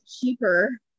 cheaper